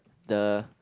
the